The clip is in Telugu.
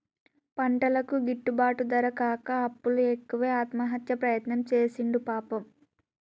పంటలకు గిట్టుబాటు ధర రాక అప్పులు ఎక్కువై ఆత్మహత్య ప్రయత్నం చేసిండు పాపం